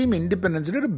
independence